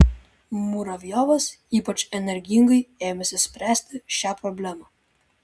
muravjovas ypač energingai ėmėsi spręsti šią problemą